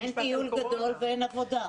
אין טיול גדול ואין עבודה.